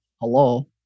Hello